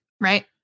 Right